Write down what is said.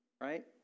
Right